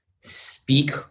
speak